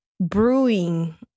brewing